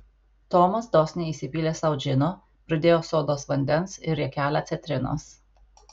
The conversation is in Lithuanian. tomas dosniai įsipylė sau džino pridėjo sodos vandens ir riekelę citrinos